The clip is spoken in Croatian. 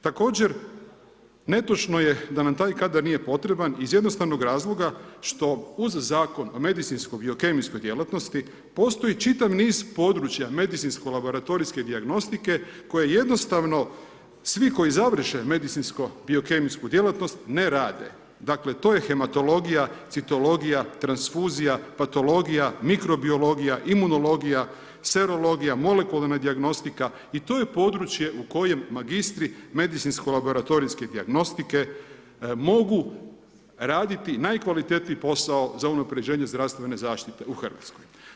Također, netočno je da nam taj kadar nije potreban iz jednostavnog razloga što uz Zakon o medicinsko-biokemijskoj djelatnosti, postoji čitav niz područja medicinsko-laboratorijske dijagnostike koje jednostavno koji završe medicinsko-biokemijsku djelatnost ne rade. dakle to je hematologija, citologija, transfuzija, patologija, mikrobiologija, imunologija, serologija, molekularna dijagnostika i to je područje u kojem magistri medicinsko-biokemijske dijagnostike, mogu raditi najkvalitetniji posao za unaprjeđenje zdravstvene zaštite u Hrvatskoj.